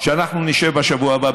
שאנחנו נשב בשבוע הבא,